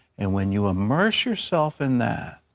and when you immerse yourself in that,